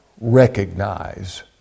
recognize